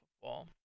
football